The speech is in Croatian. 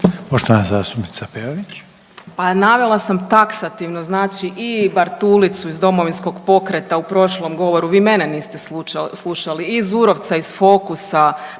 **Peović, Katarina (RF)** Pa navela sam taksativno znači i Bartulicu iz Domovinskog pokreta u prošlom govoru, vi mene niste slušali i Zurovca iz Fokusa,